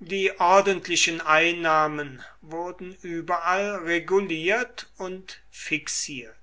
die ordentlichen einnahmen wurden überall reguliert und fixiert